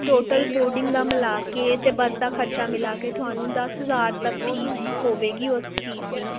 total boarding ਦਾ ਮਿਲਾ ਕੇ ਅਤੇ ਬੱਸ ਦਾ ਖਰਚਾ ਮਿਲਾ ਕੇ ਤੁਹਾਨੂੰ ਦਸ ਹਜ਼ਾਰ ਤੱਕ ਫੀਸ ਹੋਵੇਗੀ ਉਸ ਚੀਜ਼ ਦੀ